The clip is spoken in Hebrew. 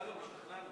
שלום, השתכנענו.